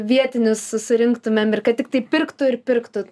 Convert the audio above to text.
vietinius susirinktumėm ir kad tiktai pirktų ir pirktų